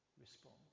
respond